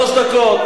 תראו,